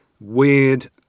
Weird